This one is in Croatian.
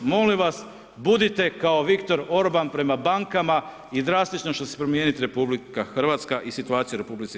Molim vas, budite kao Viktor Orban prema bankama i drastično će se promijeniti RH i situacija u RH.